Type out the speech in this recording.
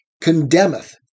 condemneth